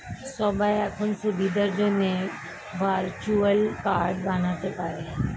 সবাই এখন সুবিধার জন্যে ভার্চুয়াল কার্ড বানাতে পারে